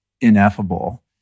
ineffable